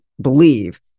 believe